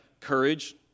Courage